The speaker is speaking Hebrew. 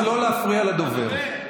חבר הכנסת אמסלם, אני מבקש לא להפריע לדובר.